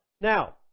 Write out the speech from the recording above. Now